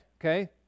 okay